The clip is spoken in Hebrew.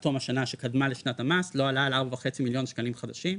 תום השנה שקדמה לשנת המס לא עלה על 4.5 מיליון שקלים חדשים,